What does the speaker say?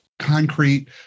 concrete